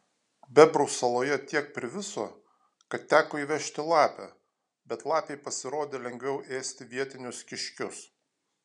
bebrų saloje tiek priviso kad teko įvežti lapę bet lapei pasirodė lengviau ėsti vietinius kiškius